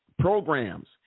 programs